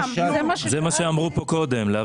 זה מה שהתחלנו.